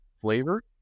flavor